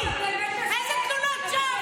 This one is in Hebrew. אי-אפשר לשמוע את זה.